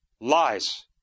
Lies